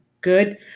good